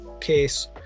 case